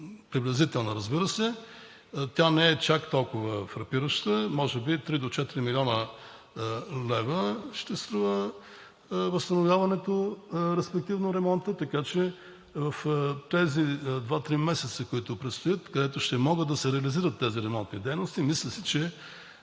приблизителна. Разбира се, тя не е чак толкова фрапираща и може би 3 до 4 млн. лв. ще струва възстановяването, респективно ремонтът, така че в тези два-три месеца, които предстоят, ще могат да се реализират тези ремонтни дейности. Мисля си, че